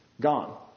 gone